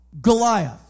Goliath